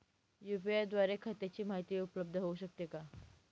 UPI द्वारे खात्याची माहिती उपलब्ध होऊ शकते का?